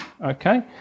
Okay